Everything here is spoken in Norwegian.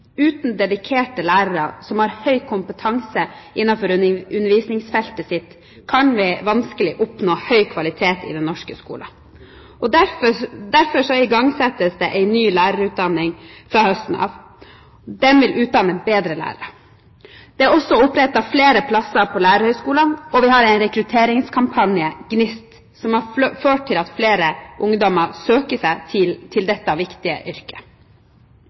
Uten dedikerte lærere som har høy kompetanse innenfor undervisningsfeltet sitt, kan vi vanskelig oppnå høy kvalitet i den norske skolen. Derfor igangsettes det en ny lærerutdanning fra høsten av. Den vil utdanne bedre lærere. Det er også opprettet flere plasser på lærerhøyskolene, og vi har en rekrutteringskampanje, GNIST, som har ført til at flere ungdommer søker seg til dette viktige yrket.